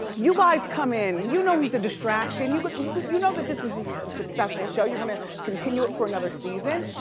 you guys come in, you know he's a distraction, you but you know that this is a successful show, you're gonna continue it for another season.